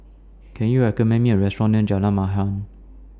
Can YOU recommend Me A Restaurant near Jalan Maha